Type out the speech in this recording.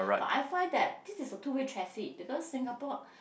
but I find that this is a two way traffic you know Singapore